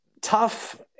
tough